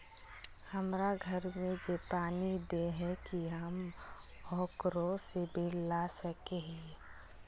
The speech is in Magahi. हमरा घर में जे पानी दे है की हम ओकरो से बिल ला सके हिये?